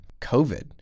COVID